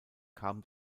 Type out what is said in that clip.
kam